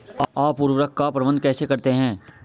आप उर्वरक का प्रबंधन कैसे करते हैं?